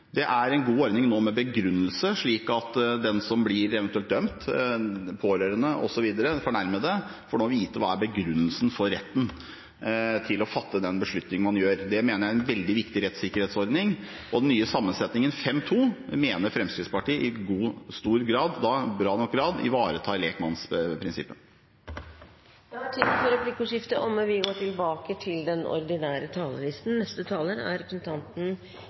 dette er en god ordning. Det er en god ordning nå med begrunnelse, slik at den som eventuelt blir dømt, pårørende og fornærmede osv. nå får vite: Hva er rettens begrunnelse for å fatte den beslutning man gjør? Det mener jeg er en veldig viktig rettssikkerhetsordning, og den nye sammensetningen fem pluss to mener Fremskrittspartiet i stor grad, i bra nok grad, ivaretar lekmannsprinsippet. Replikkordskiftet er omme. I dag må jeg si at jeg er stolt, stolt fordi Stortinget vedtar viktige endringer for